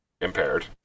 impaired